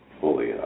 fully